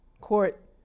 Court